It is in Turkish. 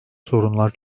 sorunlar